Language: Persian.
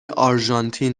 آرژانتین